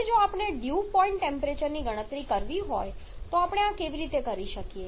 હવે જો આપણે ડ્યૂ પોઇન્ટ ટેમ્પરેચર ની ગણતરી કરવી હોય તો આપણે આ કેવી રીતે કરી શકીએ